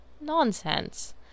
Nonsense